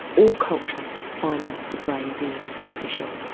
all cultures find the brain very special,